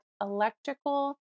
electrical